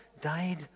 died